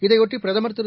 இதைபொட்டி பிரதமர் திரு